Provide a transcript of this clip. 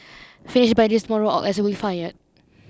finish by tomorrow or else we fired